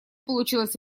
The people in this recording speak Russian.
получилось